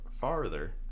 Farther